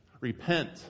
Repent